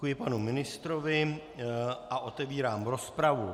Děkuji panu ministrovi a otevírám rozpravu.